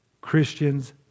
Christian's